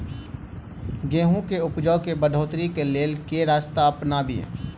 गेंहूँ केँ उपजाउ केँ बढ़ोतरी केँ लेल केँ रास्ता अपनाबी?